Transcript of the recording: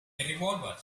revolver